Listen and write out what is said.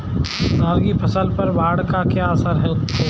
धान की फसल पर बाढ़ का क्या असर होगा?